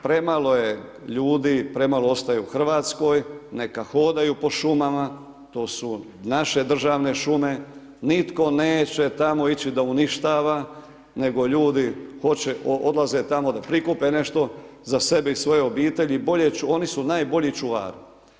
Premalo je ljudi, premalo ostaju u Hrvatskoj, neka hodaju po šumama, to su naše državne šume, nitko neće tamo ići da uništava, nego ljude, odlaze tamo da prikupe nešto za sebe i svoje obitelji i oni su najbolji čuvari.